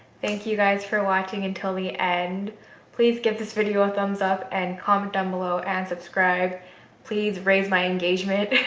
thank you guys for watching until the end please give this video a thumbs up and comment down below and subscribe please raise my engagement.